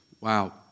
Wow